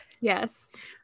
Yes